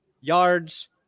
yards